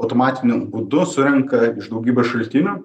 automatiniu būdu surenka iš daugybės šaltinių